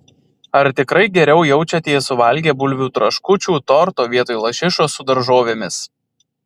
ar tikrai geriau jaučiatės suvalgę bulvių traškučių torto vietoj lašišos su daržovėmis